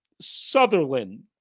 Sutherland